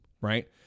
right